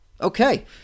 Okay